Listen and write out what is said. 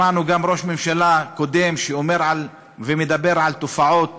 שמענו גם ראש ממשלה קודם שאומר, מדבר על תופעות